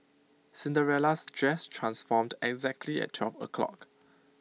Cinderella's dress transformed exactly at twelve o'clock